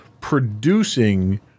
producing